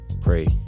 Pray